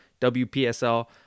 WPSL